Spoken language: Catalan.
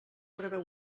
preveu